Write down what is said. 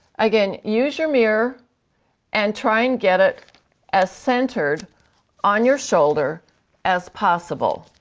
again use your mirror and try and get it as centered on your shoulder as possible.